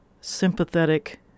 sympathetic